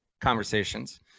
conversations